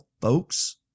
folks